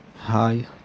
Hi